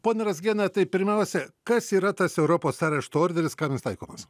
pone razgiene tai pirmiausia kas yra tas europos arešto orderis kam jis taikomas